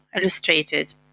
illustrated